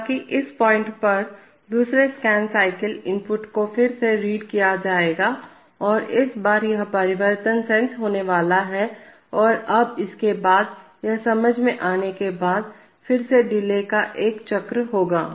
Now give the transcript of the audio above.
हालाँकि इस पॉइंट पर दूसरे स्कैन साइकिल इनपुटों को फिर से रीड पढ़ा किया जाएगा और इस बार यह परिवर्तन सेंस होने वाला है और अब इसके बाद यह समझ में आने के बाद फिर से डिले का एक चक्र होगा